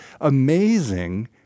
amazing